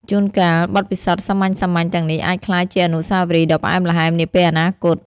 ជួនកាល បទពិសោធន៍សាមញ្ញៗទាំងនេះអាចក្លាយជាអនុស្សាវរីយ៍ដ៏ផ្អែមល្ហែមនាពេលអនាគត។